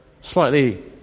slightly